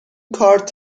کارت